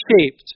shaped